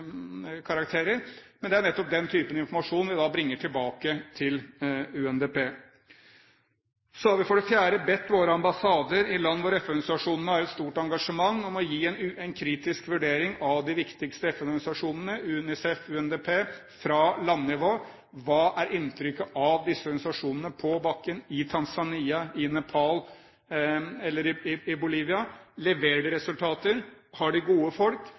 karakterer. Men det er nettopp den type informasjon vi bringer tilbake til UNDP. Så har vi for det fjerde bedt våre ambassader i land hvor FN-organisasjonene har stort engasjement, om å gi en kritisk vurdering av de viktigste FN-organisasjonene, UNICEF og UNDP, fra landnivå. Hva er inntrykket av disse organisasjonene på bakken i Tanzania, Nepal eller i Bolivia? Leverer de resultater? Har de gode folk?